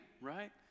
right